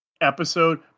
episode